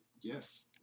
Yes